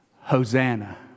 Hosanna